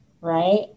right